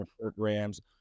programs